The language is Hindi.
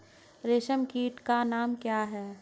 रेशम कीट का नाम क्या है?